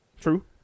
True